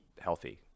healthy